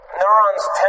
neurons